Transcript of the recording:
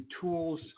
tools